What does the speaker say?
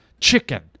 chicken